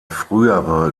frühere